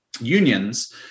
unions